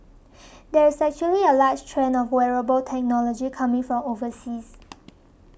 there is actually a huge trend of wearable technology coming from overseas